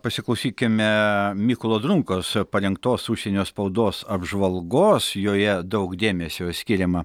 pasiklausykime mykolo drungos parengtos užsienio spaudos apžvalgos joje daug dėmesio skiriama